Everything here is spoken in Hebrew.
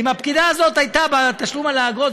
אם הפקידה הזאת הייתה בתשלום על האגרות,